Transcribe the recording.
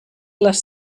les